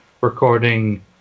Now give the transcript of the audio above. recording